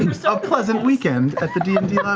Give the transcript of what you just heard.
um so pleasant weekend at the d um d and